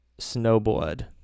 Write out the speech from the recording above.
snowboard